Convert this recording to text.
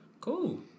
cool